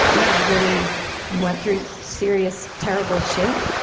and then i really went through serious, terrible shit.